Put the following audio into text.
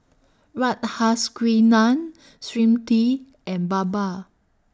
Radhakrishnan Smriti and Baba